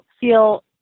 feel